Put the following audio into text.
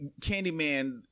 Candyman